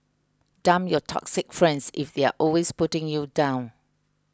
dump your toxic friends if they're always putting you down